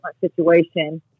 situation